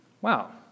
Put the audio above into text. wow